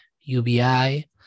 UBI